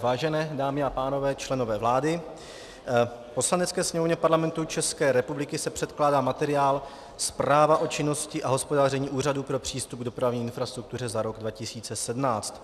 Vážené dámy a pánové, členové vlády, Poslanecké sněmovně Parlamentu České republiky se předkládá materiál Zpráva o činnosti a hospodaření Úřadu pro přístup k dopravní infrastruktuře za rok 2017.